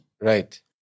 Right